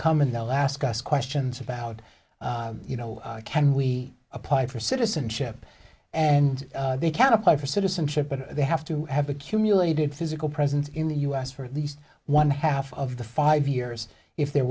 come and they'll ask us questions about you know can we apply for citizenship and they can apply for citizenship but they have to have accumulated physical presence in the u s for at least one half of the five years if they're